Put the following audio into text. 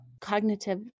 cognitive